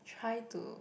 try to